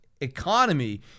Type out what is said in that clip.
economy